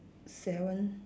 seven